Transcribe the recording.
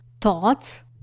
thoughts